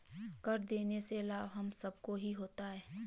कर देने से लाभ हम सबको ही होता है